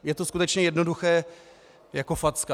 Je to skutečně jednoduché jako facka.